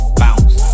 bounce